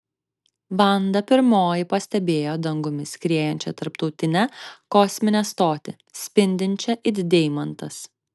vanda pirmoji pastebėjo dangumi skriejančią tarptautinę kosminę stotį spindinčią it deimantas